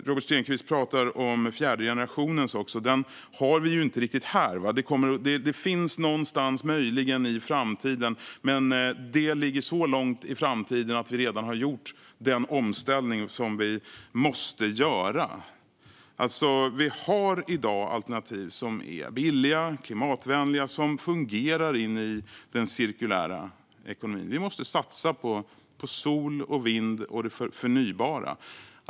Robert Stenkvist pratar om fjärde generationen, men den har vi inte riktigt här. Den finns möjligen någonstans i framtiden men så långt fram att vi då redan har gjort den omställning som vi måste göra. Vi har i dag alternativ som är billiga, som är klimatvänliga och som fungerar i den cirkulära ekonomin. Vi måste satsa på sol och vind och det förnybara.